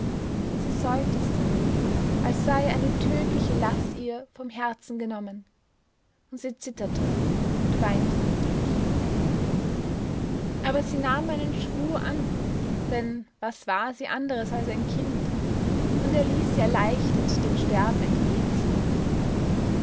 und sie seufzte als sei eine tödliche last ihr vom herzen genommen und sie zitterte und weinte bitterlich aber sie nahm meinen schwur an denn was war sie anderes als ein kind und er ließ sie erleichtert dem sterben entgegensehen